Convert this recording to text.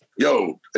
yo